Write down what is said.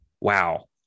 wow